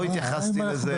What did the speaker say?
לא התייחסתי לזה.